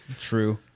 True